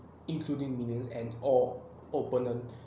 including minions and or opponent